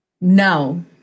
No